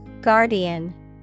Guardian